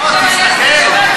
לא, תסתכל.